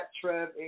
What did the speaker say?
Trev